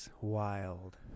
Wild